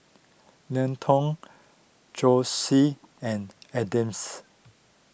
Linton Josie and Adams